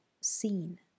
seen